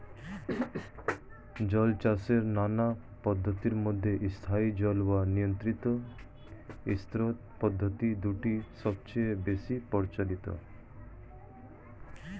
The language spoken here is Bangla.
জলচাষের নানা পদ্ধতির মধ্যে স্থায়ী জল ও নিয়ন্ত্রিত স্রোত পদ্ধতি দুটি সবচেয়ে বেশি প্রচলিত